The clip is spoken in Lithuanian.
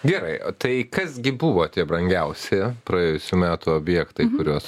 gerai o tai kas gi buvo tie brangiausi praėjusių metų objektai kuriuos